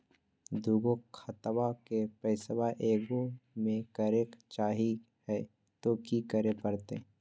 दू गो खतवा के पैसवा ए गो मे करे चाही हय तो कि करे परते?